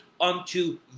unto